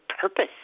purpose